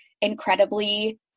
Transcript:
incredibly